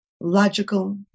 logical